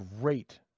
great